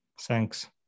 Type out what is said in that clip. Thanks